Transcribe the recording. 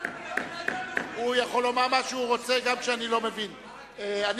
הוא מוביל אותנו למדינה דו-לאומית.